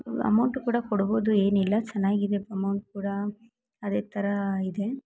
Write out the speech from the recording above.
amount ಕೂಡ ಕೊಡ್ಬೌದು ಏನಿಲ್ಲ ಚೆನ್ನಾಗಿದೆ ಅಮೌಂಟ್ ಕೂಡ ಅದೇ ಥರ ಇದೆ